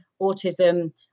autism